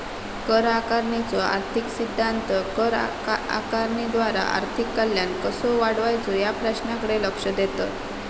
कर आकारणीचो आर्थिक सिद्धांत कर आकारणीद्वारा आर्थिक कल्याण कसो वाढवायचो या प्रश्नाकडे लक्ष देतत